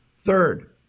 Third